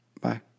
bye